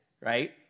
right